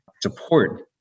support